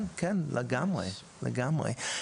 כן, כן, לגמרי, לגמרי.